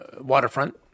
Waterfront